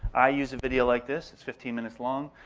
i use a video like this, it's fifteen minutes long.